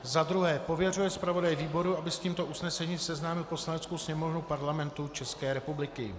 2. pověřuje zpravodaje výboru, aby s tímto usnesením seznámil Poslaneckou sněmovnu Parlamentu České republiky.